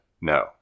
no